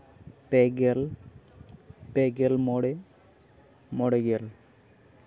ᱯᱮᱜᱮᱞ ᱯᱮᱜᱮᱞ ᱢᱚᱬᱮ ᱢᱚᱬᱮ ᱜᱮᱞ